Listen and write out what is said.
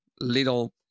little